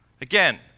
Again